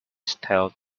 stealth